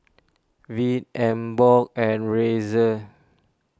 Veet Emborg and Razer